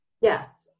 Yes